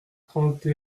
trente